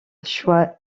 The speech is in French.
choix